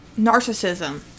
narcissism